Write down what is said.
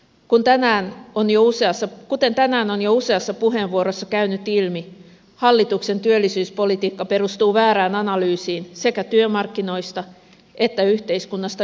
kun tänään on jo useassa kuten tänään on jo useassa puheenvuorossa käynyt ilmi hallituksen työllisyyspolitiikka perustuu väärään analyysiin sekä työmarkkinoista että yhteiskunnasta yleensä